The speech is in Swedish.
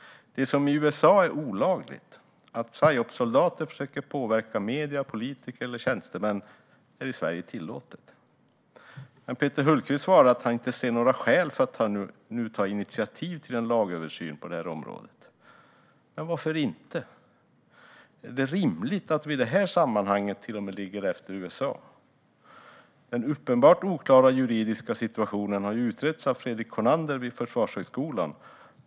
Det som i USA är olagligt - att psyopssoldater försöker påverka medier, politiker eller tjänstemän - är i Sverige tillåtet. Men Peter Hultqvist svarar att han inte ser några "skäl för att nu ta initiativ till en lagöversyn på området". Varför inte? Är det rimligt att vi i det här sammanhanget till och med ligger efter USA? Den uppenbart oklara juridiska situationen har utretts av Fredrik Konnander vid Försvarshögskolan.